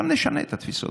אבל נשנה את התפיסות.